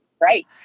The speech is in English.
Right